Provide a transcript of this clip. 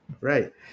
right